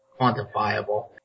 quantifiable